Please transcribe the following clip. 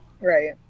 right